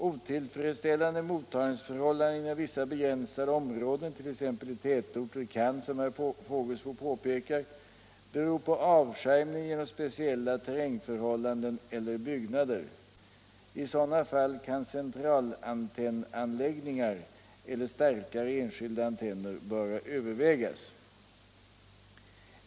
Otillfredsställande mottagningsförhållanden inom vissa begränsade områden t.ex. i tätorter kan, som herr Fågelsbo påpekar, bero på avskärmning genom speciella terrängförhållanden eller byggnader. I sådana fall kan centralantennanläggningar eller starkare enskilda antenner böra övervägas.